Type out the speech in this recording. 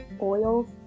Oils